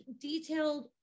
detailed